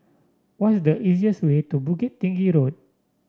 what is the easiest way to Bukit Tinggi Road